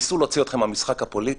ניסו להוציא אתכם מהמשחק הפוליטי.